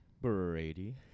Brady